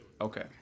Okay